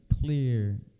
clear